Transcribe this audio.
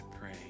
pray